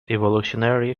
evolutionary